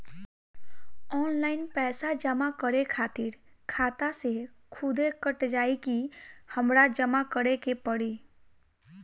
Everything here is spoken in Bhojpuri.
ऑनलाइन पैसा जमा करे खातिर खाता से खुदे कट जाई कि हमरा जमा करें के पड़ी?